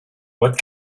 what